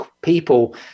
people